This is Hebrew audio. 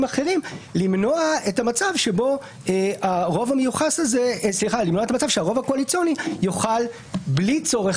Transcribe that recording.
אחרים למנוע את המצב שבו הרוב הקואליציוני יוכל בלי צורך